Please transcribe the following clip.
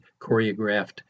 choreographed